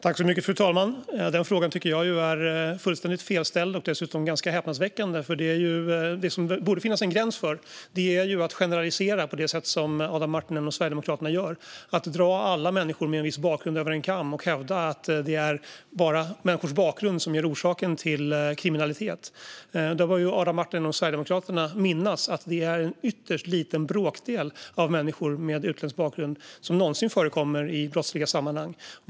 Fru talman! Den frågan tycker jag är fullständigt fel ställd och dessutom ganska häpnadsväckande. Det som det borde finnas en gräns för är ju sådana generaliseringar som Adam Marttinen och Sverigedemokraterna gör. Man drar alla människor med en viss bakgrund över en kam och hävdar att det bara är människors bakgrund som är orsaken till kriminalitet. Adam Marttinen och Sverigedemokraterna bör minnas att det är en ytterst liten bråkdel av människor med utländsk bakgrund som någonsin förekommer i brottsliga sammanhang.